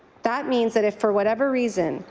that means that if for whatever reason,